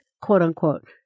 quote-unquote